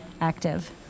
active